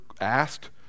asked